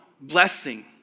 blessing